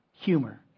humor